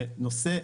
זה נושא מורכב.